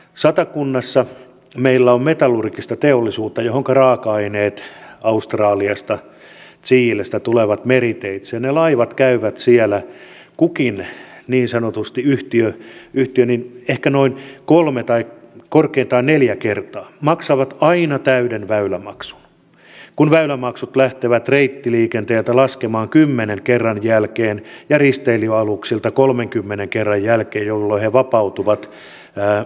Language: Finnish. satakunnassa meillä on metallurgista teollisuutta johonka raaka aineet australiasta chilestä tulevat meriteitse ja ne laivat käyvät siellä kukin niin sanotusti yhtiö ehkä noin kolme tai korkeintaan neljä kertaa maksavat aina täyden väylämaksun kun väylämaksut lähtevät reittiliikenteeltä laskemaan kymmenen kerran jälkeen ja risteilyaluksilta kolmenkymmenen kerran jälkeen jolloin he vapautuvat väylämaksuista